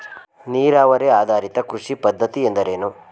ನೀರಾವರಿ ಆಧಾರಿತ ಕೃಷಿ ಪದ್ಧತಿ ಎಂದರೇನು?